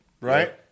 right